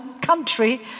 country